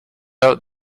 out